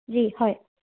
G হয়